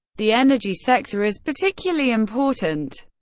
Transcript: the energy sector is particularly important,